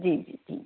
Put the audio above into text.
जी जी